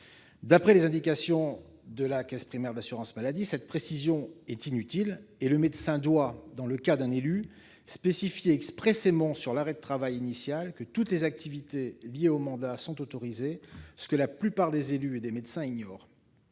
D'après les indications de la CPAM, cette précision est inutile et le médecin doit, dans le cas d'un élu, spécifier expressément sur l'arrêt de travail initial que toutes les activités liées au mandat sont autorisées, ce que la plupart des élus et des médecins ignorent.